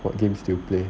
what games do you play